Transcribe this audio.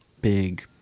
big